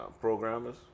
programmers